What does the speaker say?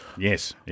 Yes